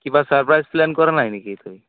কিবা surprise plan কৰা নাই নেকি তই